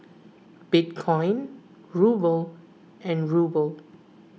Bitcoin Ruble and Ruble